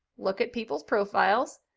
look at people's profiles,